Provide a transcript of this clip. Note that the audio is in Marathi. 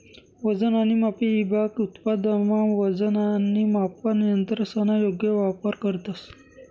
वजन आणि मापे ईभाग उत्पादनमा वजन आणि मापन यंत्रसना योग्य वापर करतंस